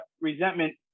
resentment